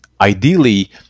ideally